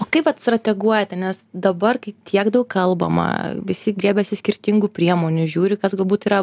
kaip vat strateguojate nes dabar kai tiek daug kalbama visi griebiasi skirtingų priemonių žiūri kas galbūt yra